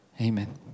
Amen